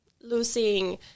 losing